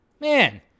Man